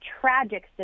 tragic